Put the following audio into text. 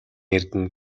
эрдэнэ